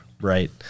right